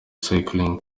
cycling